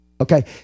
okay